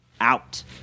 out